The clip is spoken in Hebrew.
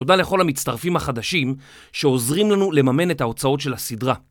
תודה לכל המצטרפים החדשים שעוזרים לנו לממן את ההוצאות של הסדרה.